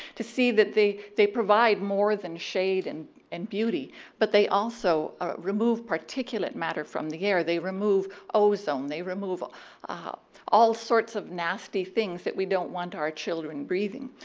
to see that they they provide more than shade and and beauty but they also ah remove particulate matter from the air. they remove ozone, they remove ah ah all sorts of nasty things that we don't want our children breathing.